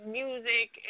music